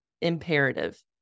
imperative